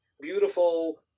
beautiful